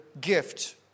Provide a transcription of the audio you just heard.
gift